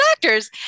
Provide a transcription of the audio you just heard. doctors